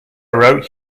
wrote